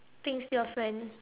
things to your friend